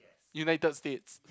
United-States